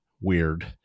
weird